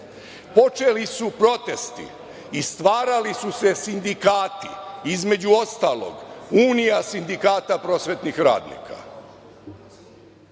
počeli su protesti i stvarali su se sindikati, između ostalog, Unija sindikata prosvetnih radnika.